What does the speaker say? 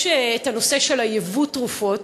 יש הנושא של ייבוא התרופות,